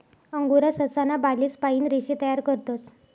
angora ससा ना बालेस पाइन रेशे तयार करतस